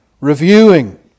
reviewing